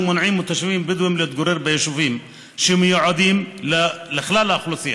שמונעים מתושבים בדואים להתגורר ביישובים שמיועדים לכלל האוכלוסייה.